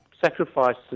Sacrifices